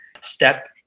step